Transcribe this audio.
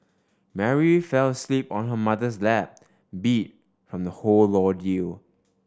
Mary fell asleep on her mother's lap beat from the whole ordeal